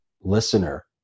listener